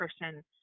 person